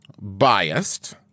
biased